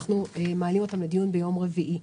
אנחנו מעלים אותן לדיון ביום רביעי.